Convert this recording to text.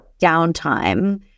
downtime